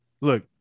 Look